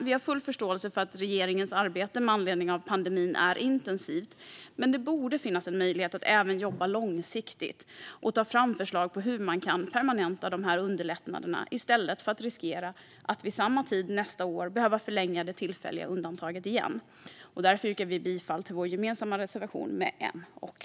Vi har full förståelse för att regeringens arbete med anledning av pandemin är intensivt, men det borde finnas möjlighet att även jobba långsiktigt och ta fram förslag på hur man kan permanenta dessa underlättanden i stället för att riskera att vid samma tid nästa år behöva förlänga det tillfälliga undantaget igen. Jag yrkar därför bifall till vår gemensamma reservation med M och KD.